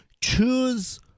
choose